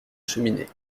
cheminée